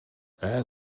air